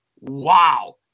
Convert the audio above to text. wow